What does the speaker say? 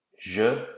Je